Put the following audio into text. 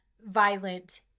violent